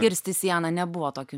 kirsti sieną nebuvo tokių